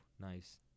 Nice